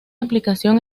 aplicación